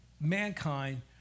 mankind